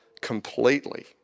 completely